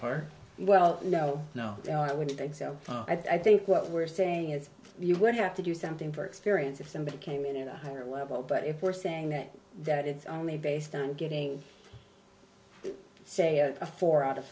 part well no no i wouldn't think so i think what we're saying is you would have to do something for experience if somebody came in in a higher level but if we're saying that that it's only based on getting say a four out of